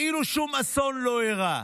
כאילו שום אסון לא אירע.